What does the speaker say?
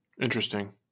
interesting